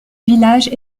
village